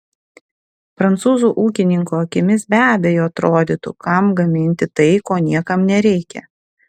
prancūzų ūkininko akimis be abejo atrodytų kam gaminti tai ko niekam nereikia